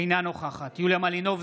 אינה נוכחת יוליה מלינובסקי,